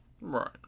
Right